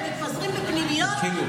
הם מתפזרים בפנימיות,